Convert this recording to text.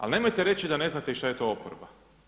Ali nemojte reći da ne znate i šta je to oporba.